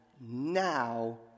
now